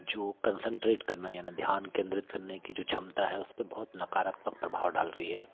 जो कंसन्ट्रेट करना यानी ध्यान केंद्रित करने की जो क्षमता है उस पर बहुत नकारात्मक प्रभाव डाल रही है